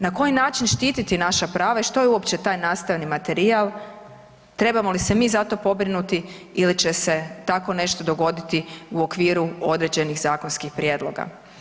Na koji način štititi naša prava i što je uopće taj nastavni materijal, trebamo li se mi za to pobrinuti ili će se tako nešto dogoditi u okviru određenih zakonskih prijedloga?